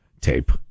tape